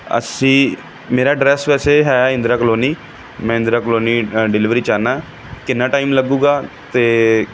ਅਸੀਂ ਮੇਰਾ ਐਡਰੈਸ ਵੈਸੇ ਹੈ ਇੰਦਰਾ ਕਲੋਨੀ ਮੈਂ ਇੰਦਰਾ ਕਲੋਨੀ ਡਿਲੀਵਰੀ ਚਾਹੁੰਦਾ ਕਿੰਨਾ ਟਾਈਮ ਲੱਗੂਗਾ ਅਤੇ